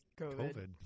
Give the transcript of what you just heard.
COVID